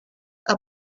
are